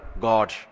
God